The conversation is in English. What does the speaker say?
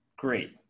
great